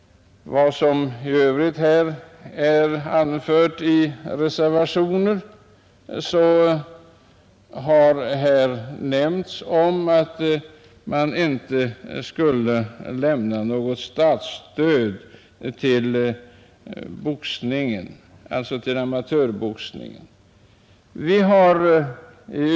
Vidare har yrkats i reservationer och även nämnts här i kammaren att man inte skulle lämna något statsstöd till amatörboxningen.